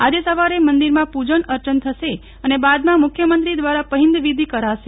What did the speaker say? આજે સવારે મંદિરમાં પૂજન અર્ચન થશે અને બાદમાં મુખ્યમંત્રી દ્વારા પહિન્દવિષિ કરાશે